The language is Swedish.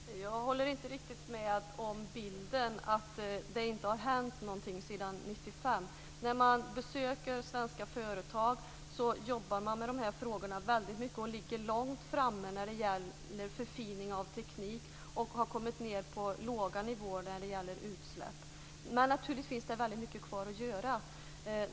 Fru talman! Jag håller inte riktigt med om bilden, att det inte har hänt någonting sedan 1995. På svenska företag jobbar man väldigt mycket med de här frågorna. Man ligger långt framme när det gäller förfining av teknik och har kommit ned på låga nivåer när det gäller utsläpp. Men naturligtvis finns det väldigt mycket kvar att göra.